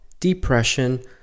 depression